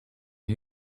een